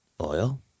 Oil